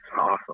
awesome